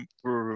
por